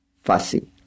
fussy